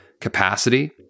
capacity